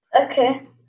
Okay